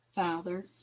Father